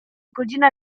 godzina